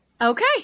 Okay